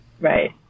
Right